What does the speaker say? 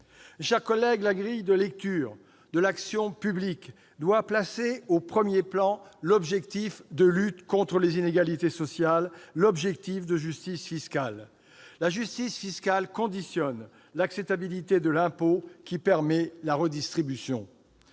chers collègues, la grille de lecture de l'action publique doit placer au premier plan l'objectif de lutte contre les inégalités sociales, l'objectif de justice fiscale. En effet, cette dernière conditionne l'acceptabilité de l'impôt, qui permet la redistribution.